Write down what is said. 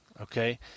Okay